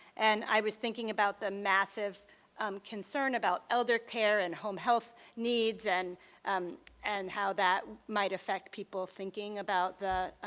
and i was thinking about the massive concern about elder care and home health needs and and how that might effect people thinking about the